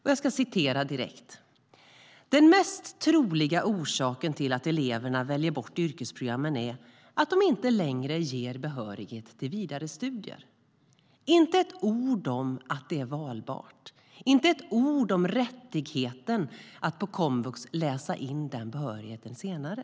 Mikael Damberg skrev att den mest troliga orsaken till att eleverna väljer bort yrkesprogrammen är att de inte längre ger behörighet till vidare studier. Det stod inte ett ord om att det var valbart eller om rättigheten att på komvux läsa in behörigheten senare.